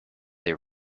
they